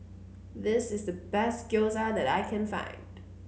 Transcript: this is the best Gyoza that I can find